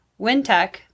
Wintech